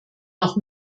noch